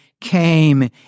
came